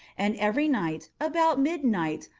and every night, about midnight,